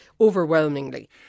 overwhelmingly